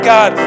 God